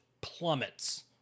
plummets